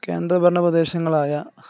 കേന്ദ്രഭരണപ്രദേശങ്ങളായ